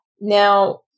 Now